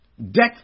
Death